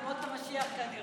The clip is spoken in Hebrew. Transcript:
ימות המשיח, כנראה.